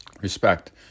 Respect